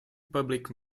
public